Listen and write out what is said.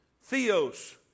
theos